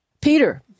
Peter